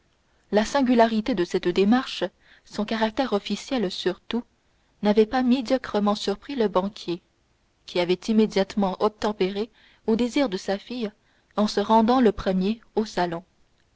la singularité de cette démarche son caractère officiel surtout n'avaient pas médiocrement surpris le banquier qui avait immédiatement obtempéré au désir de sa fille en se rendant le premier au salon